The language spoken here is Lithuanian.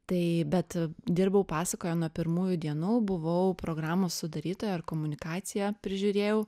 tai bet dirbau pasakoje nuo pirmųjų dienų buvau programos sudarytoja ir komunikaciją prižiūrėjau